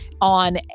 on